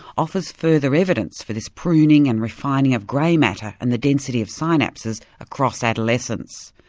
offers further evidence for this pruning and refining of grey matter and the density of synapses across adolescence.